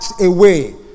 away